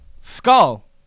Skull